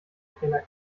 trainer